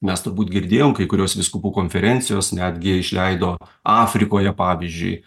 mes turbūt girdėjom kai kurios vyskupų konferencijos netgi išleido afrikoje pavyzdžiui